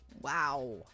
Wow